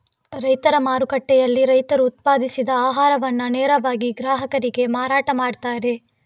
ರೈತರ ಮಾರುಕಟ್ಟೆಯಲ್ಲಿ ರೈತರು ಉತ್ಪಾದಿಸಿದ ಆಹಾರವನ್ನ ನೇರವಾಗಿ ಗ್ರಾಹಕರಿಗೆ ಮಾರಾಟ ಮಾಡ್ತಾರೆ